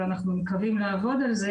ואנחנו מקווים לעבוד על זה,